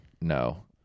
No